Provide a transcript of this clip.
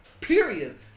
Period